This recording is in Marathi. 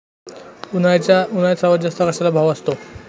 उन्हाळ्यात सर्वात जास्त कशाला भाव असतो?